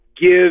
give